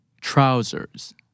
trousers